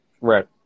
right